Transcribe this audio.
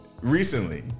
recently